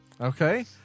Okay